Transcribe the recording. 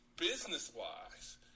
business-wise